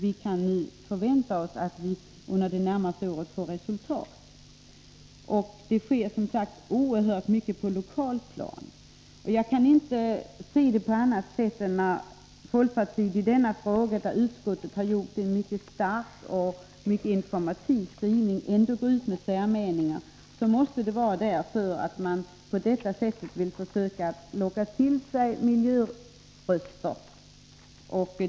Vi kan nu vänta resultat under de närmaste åren. Oerhört mycket görs på det lokala planet. Jag kan inte se det på annat sätt än att när folkpartiet, trots att utskottet har gjort en mycket stark och informativ skrivning, ger uttryck för särmeningar är det för att försöka locka till sig miljöröster.